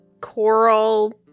coral